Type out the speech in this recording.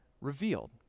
revealed